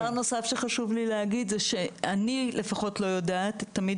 דבר נוסף שחשוב לי להגיד זה שאני לפחות לא יודעת תמיד